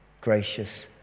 gracious